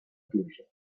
pluja